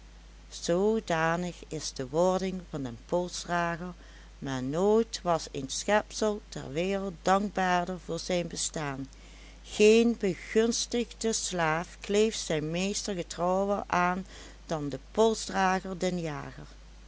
zoodanig is de wording van den polsdrager maar nooit was een schepsel ter wereld dankbaarder voor zijn bestaan geen begunstigde slaaf kleeft zijn meester getrouwer aan dan de polsdrager den jager